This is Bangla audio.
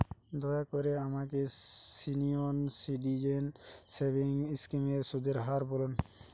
দয়া করে আমাকে সিনিয়র সিটিজেন সেভিংস স্কিমের সুদের হার বলুন